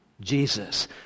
Jesus